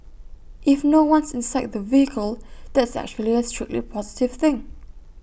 if no one's inside the vehicle that's actually A strictly positive thing